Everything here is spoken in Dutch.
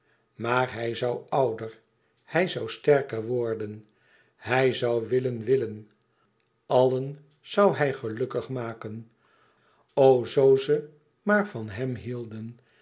maar hij zoû ouder hij zoû sterker worden hij zoû willen willen àllen zoû hij gelukkig maken o zoo ze maar van hem hielden